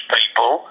people